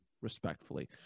respectfully